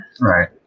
Right